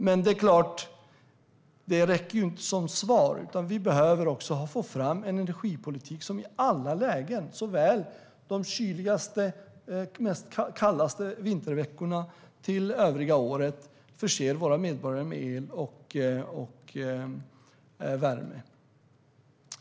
Men det är klart att det inte räcker som svar, utan vi behöver också få fram en energipolitik som i alla lägen, såväl de kallaste vinterveckorna som under övriga året, förser våra medborgare med el och värme.